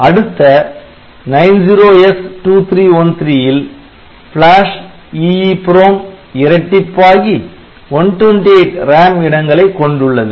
அடுத்த 90S2313 ல் flash EEPROM இரட்டிப்பாகி 128 RAM இடங்களை கொண்டுள்ளது